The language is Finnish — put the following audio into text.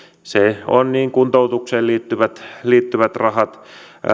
niin kuntoutukseen liittyvät liittyvät rahat